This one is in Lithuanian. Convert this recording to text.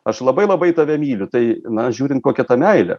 aš labai labai tave myliu tai na žiūrint kokia ta meilė